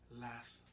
last